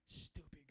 Stupid